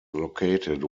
located